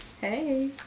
Hey